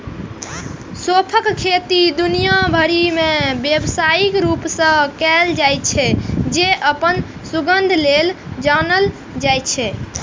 सौंंफक खेती दुनिया भरि मे व्यावसायिक रूप सं कैल जाइ छै, जे अपन सुगंध लेल जानल जाइ छै